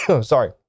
sorry